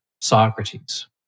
Socrates